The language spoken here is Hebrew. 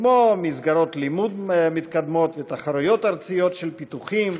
כמו מסגרות לימוד מתקדמות ותחרויות ארציות של פיתוחים,